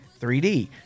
3D